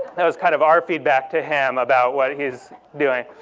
that was kind of our feedback to him about what he's doing.